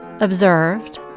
observed